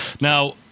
Now